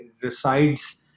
resides